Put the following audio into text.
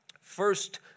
First